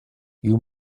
you